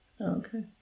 Okay